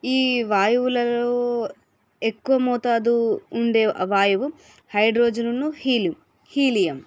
ఈ వాయువులలో ఎక్కువ మోతాదు ఉండే వాయువు హైడ్రోజన్ ఉన్ను హీలియం